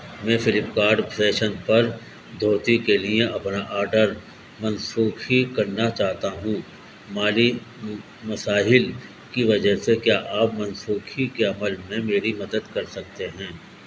میں Flipkart fashion پر دھوتی کے لیے اپنا آڈر منسوخی کرنا چاہتا ہوں مالی مسائل کی وجہ سے کیا آپ منسوخی کے عمل میں میری مدد کر سکتے ہیں